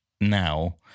now